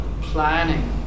planning